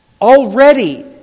already